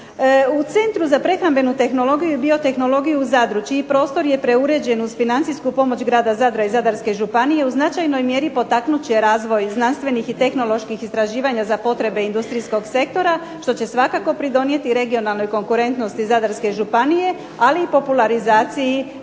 U Centru za prehrambenu tehnologiju i biotehnologiju u Zadru, čiji prostor je preuređen uz financijsku pomoć grada Zadra i Zadarske županije, u značajnoj mjeri potaknut će razvoj znanstvenih i tehnoloških istraživanja za potrebe industrijskog sektora, što će svakako pridonijeti regionalnoj konkurentnosti Zadarske županije, ali i popularizaciji